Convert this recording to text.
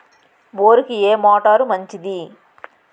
బోరుకి ఏ మోటారు మంచిది?